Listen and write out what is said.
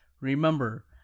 Remember